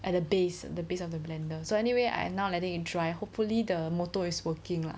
at the base the base of the blender so anyway I now letting it dry hopefully the motor is working lah